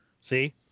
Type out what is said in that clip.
See